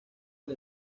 del